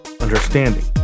understanding